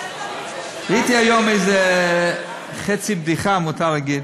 ראיתי היום איזה חצי בדיחה, אם מותר להגיד.